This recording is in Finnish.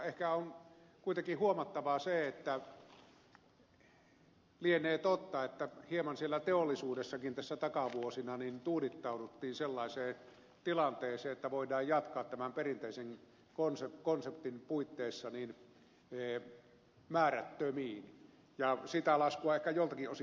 ehkä on kuitenkin huomattavaa se että lienee totta että hieman siellä teollisuudessakin tässä takavuosina tuudittauduttiin sellaiseen tilanteeseen että voidaan jatkaa tämän perinteisen konseptin puitteissa määrättömiin ja sitä laskua ehkä joltakin osin maksetaan